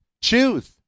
Choose